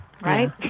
right